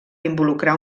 involucrar